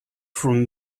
from